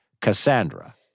Cassandra